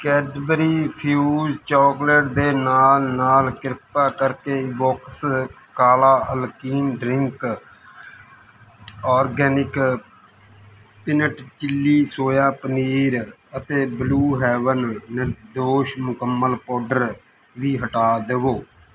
Cadbury Fuse chocolate ਦੇ ਨਾਲ ਨਾਲ ਕਿਰਪਾ ਕਰਕੇ ਇਵੋਕਸ ਕਾਲਾ ਅਲਕੀਨ drink organic peanut chilli soya paneer ਅਤੇ ਬਲੂ ਹੈਵੇਨ ਨਿਰਦੋਸ਼ ਮੁਕੰਮਲ ਪਾਊਡਰ ਵੀ ਹਟਾ ਦਵੋ